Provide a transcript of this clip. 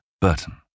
Burton